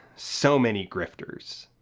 so many grifters.